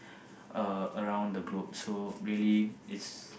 uh around the globe so really its